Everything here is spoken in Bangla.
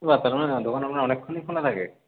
বাহ তার মানে দোকান আপনার অনেকক্ষণই খোলা থাকে